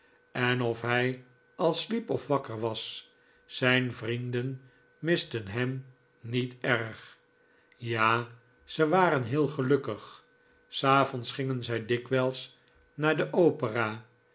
en of hij al sliep of wakker was zijn vrienden misten hem niet erg ja ze waren heel gelukkig savonds gingen zij dikwijls naar de opera